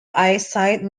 eyesight